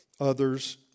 others